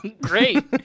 Great